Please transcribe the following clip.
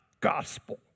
gospel